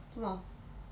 做么